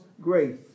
grace